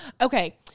Okay